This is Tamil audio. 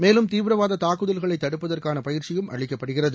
மேலும் தீவிரவாத தாக்குதல்களை தடுப்பதற்கான பயிற்சியும் அளிக்கப்படுகிறது